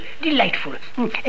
Delightful